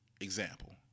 example